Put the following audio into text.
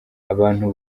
abantu